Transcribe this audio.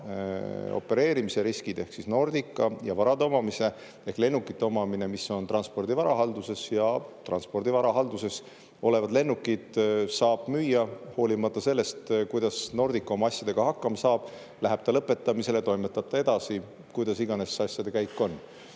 opereerimise riskid ehk siis [lahutasime] Nordica ja varade omamise ehk lennukite omamise, mis on Transpordi Varahalduses. Transpordi Varahalduses olevad lennukid saab müüa hoolimata sellest, kuidas Nordica oma asjadega hakkama saab – läheb ta lõpetamisele, toimetab ta edasi, kuidas iganes see asjade käik on.